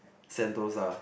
sentosa